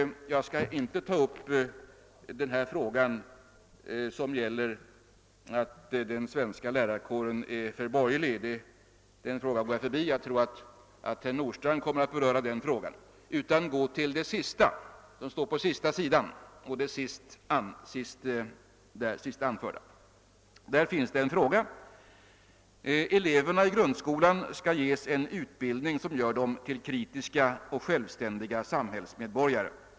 Jag skall inte ta upp den fråga som gäller att den svenska lärarkåren är för borgerlig — jag tror att herr Nordstrandh kommer att beröra den — utan jag går över till det som står på sista sidan i tidskriften. Där lyder en fråga: »Eleverna i grundskolan skall ges en utbildning som gör dem till kritiska och självständiga samhällsmedborgare.